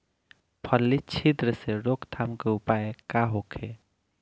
फली छिद्र से रोकथाम के उपाय का होखे?